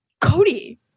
Cody